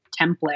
template